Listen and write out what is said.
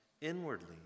inwardly